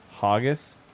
Haggis